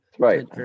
Right